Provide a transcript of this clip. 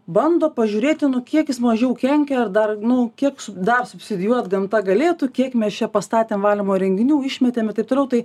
bando pažiurėti nu kiek jis mažiau kenkia ar dar nu kiek dar subsidijuot gamta galėtų kiek mes čia pastatėm valymo įrenginių išmetėm ir taip toliau tai